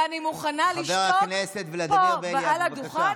ואני מוכנה לשתוק פה על הדוכן,